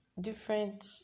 different